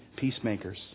peacemakers